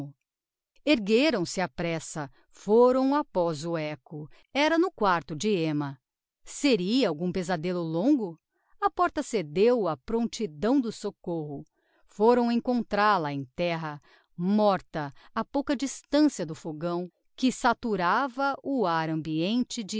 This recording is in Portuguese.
paroxismo ergueram-se á pressa foram apoz o ecco era no quarto de emma seria algum pezadello longo a porta cedeu á promptidão do soccorro foram encontral a em terra morta a pouca distancia do fogão que saturava o ar ambiente